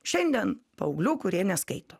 šiandien paauglių kurie neskaito